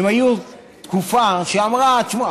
הן היו בתקופה שאמרה: תשמע,